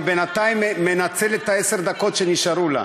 אני בינתיים מנצל את עשר הדקות שנשארו לה,